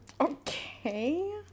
Okay